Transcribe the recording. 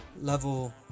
Level